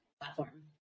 platform